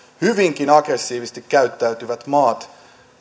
hyvinkin aggressiivisesti käyttäytyvät maat